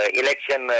election